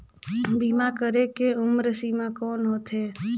बीमा करे के उम्र सीमा कौन होथे?